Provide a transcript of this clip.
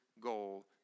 goal